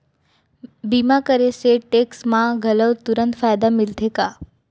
बीमा करे से टेक्स मा घलव तुरंत फायदा मिलथे का?